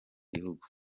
gihugu